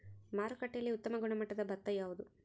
ಮಾರುಕಟ್ಟೆಯಲ್ಲಿ ಉತ್ತಮ ಗುಣಮಟ್ಟದ ಭತ್ತ ಯಾವುದು?